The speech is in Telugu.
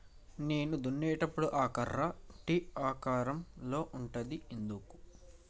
నేలను దున్నేటప్పుడు ఆ కర్ర టీ ఆకారం లో ఉంటది ఎందుకు?